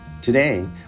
Today